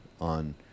on